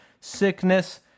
Sickness